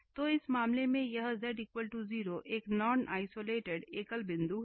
तो इस मामले में यह z 0 एक नॉन आइसोलेटेड एकल बिंदु है